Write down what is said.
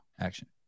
Action